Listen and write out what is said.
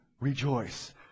rejoice